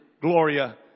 Gloria